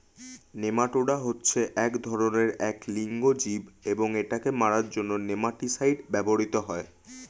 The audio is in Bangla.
নেমাটোডা হচ্ছে এক ধরণের এক লিঙ্গ জীব এবং এটাকে মারার জন্য নেমাটিসাইড ব্যবহৃত হয়